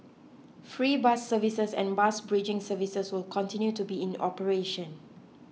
free bus services and bus bridging services will continue to be in operation